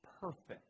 perfect